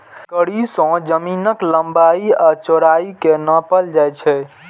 कड़ी सं जमीनक लंबाइ आ चौड़ाइ कें नापल जाइ छै